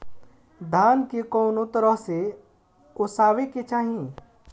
धान के कउन तरह से ओसावे के चाही?